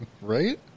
right